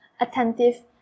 attentive